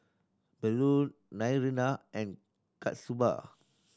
Bellur Naraina and Kasturba